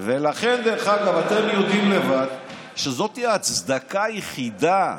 דרך אגב, אתם יודעים לבד שזאת ההצדקה היחידה,